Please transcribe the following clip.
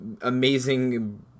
amazing